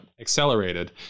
accelerated